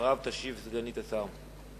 ואחריו תשיב סגנית השר.